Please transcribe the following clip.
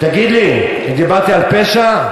דיברתי על פשע?